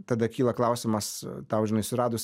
tada kyla klausimas tau žinai suradus